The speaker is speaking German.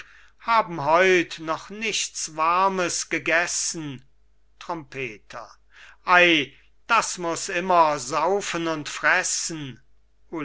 haben heut noch nichts warmes gegessen trompeter ei das muß immer saufen und fressen